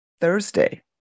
Thursday